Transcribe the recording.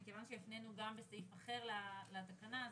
מכיוון שהפננו גם בסעיף אחר לתקנה,